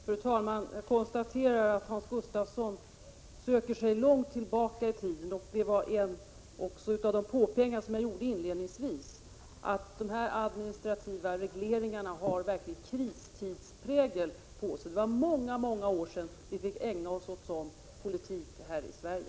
Fru talman! Jag konstaterar att Hans Gustafsson söker sig långt tillbaka i tiden. Jag vill erinra om att jag inledningsvis påpekade att de administrativa reglerna verkligen har kristidsprägel. Det var många, många år sedan vi fick ägna oss åt sådan politik här i Sverige.